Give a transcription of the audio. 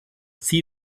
ziel